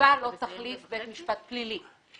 שהנציבה לא תחליף בית משפט פלילי